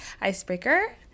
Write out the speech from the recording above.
Icebreaker